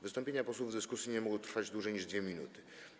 Wystąpienia posłów w dyskusji nie mogą trwać dłużej niż 2 minuty.